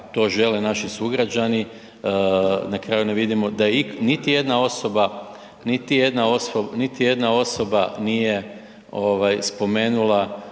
to žele naši sugrađani, na kraju ne vidimo da je niti jedna osoba, niti jedna